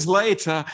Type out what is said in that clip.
later